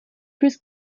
plus